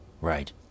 right